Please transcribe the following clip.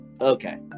Okay